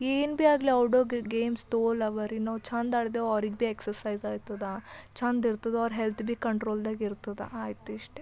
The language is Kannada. ಏನು ಭೀ ಆಗಲಿ ಔಟ್ ಡೋರ್ ಗೇಮ್ಸ್ ತೋಲ್ ಅವರಿ ನಾವು ಚೆಂದ ಆಡಿದ್ರೆ ಅವ್ರಿಗೆ ಭೀ ಎಕ್ಸಸೈಸ್ ಆಯ್ತದ ಚೆಂದ ಇರ್ತದ ಅವ್ರು ಹೆಲ್ತ್ ಭೀ ಕಂಟ್ರೋಲ್ದಾಗಿರ್ತದ ಆಯ್ತು ಇಷ್ಟೇ